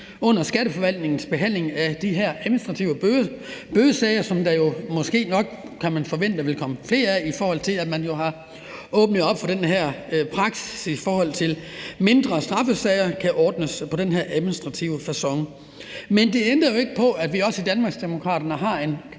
under Skatteforvaltningens behandling af de her administrative bødesager, som der måske nok, kan man forvente, vil komme flere af, fordi man har åbnet op for den her praksis, i forhold til at mindre straffesager kan ordnes på den her administrative facon. Men det ændrer ikke på, at vi også i Danmarksdemokraterne har en